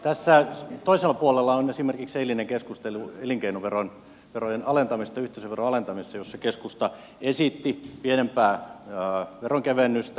tässä toisella puolella on esimerkiksi eilinen keskustelu elinkeinoverojen alentamisesta yhteisöveron alentamisesta jossa keskusta esitti pienempää veronkevennystä